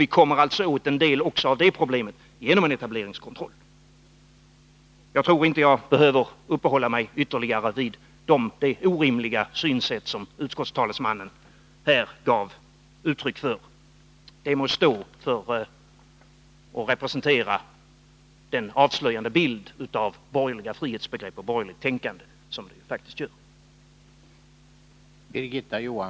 Vi kommer alltså åt en del av det problemet också genom en etableringskontroll. Jag tror inte att jag behöver uppehålla mig ytterligare vid det orimliga synsätt som utskottstalesmannen här gav uttryck för. Det må representera den avslöjande bild av borgerliga frihetsbegrepp och borgerligt tänkande som det faktiskt är fråga om.